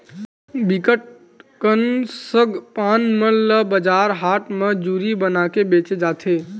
बिकट कन सग पान मन ल बजार हाट म जूरी बनाके बेंचे जाथे